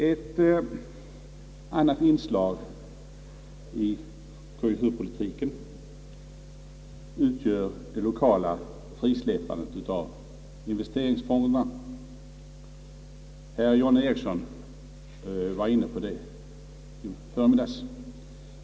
Ett inslag i konjunkturpolitiken utgör det lokala frisläppandet av investeringsfonderna — herr John Ericsson var inne på det i förmiddags.